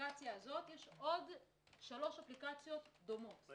יש עוד שלוש אפליקציות דומות לה.